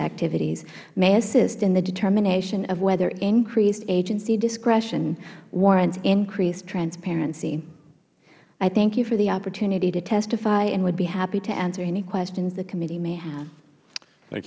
activities may assist in the determination of whether increased agency discretion warrants increased transparency i thank you for the opportunity to testify and would be happy to answer any questions the committee may have